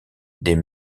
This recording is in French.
des